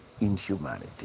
inhumanity